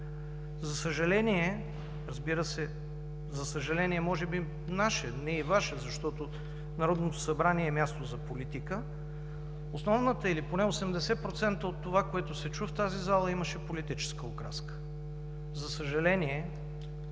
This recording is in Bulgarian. тероризъм. Разбира се, за съжаление, може би наше, не и Ваше, защото Народното събрание е място за политика, основното, или поне 80% от това, което се чу в тази зала, имаше политическа окраска. За съжаление,